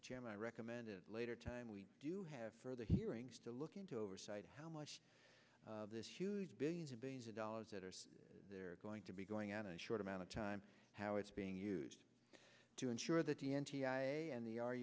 am i recommend a later time we do have further hearings to look into oversight how much of this huge billions and billions of dollars that are there going to be going on a short amount of time how it's being used to ensure that the n t i and the our